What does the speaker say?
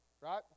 right